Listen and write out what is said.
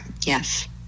Yes